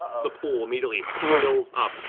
the pool immediately fills up,